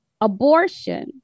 abortion